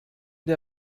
der